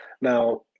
Now